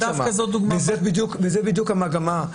זו בדיוק המגמה.